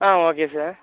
okay sir